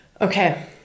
Okay